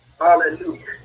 Hallelujah